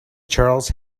charles